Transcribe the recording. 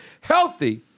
healthy